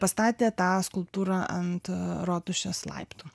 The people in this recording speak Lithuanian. pastatė tą skulptūrą ant rotušės laiptų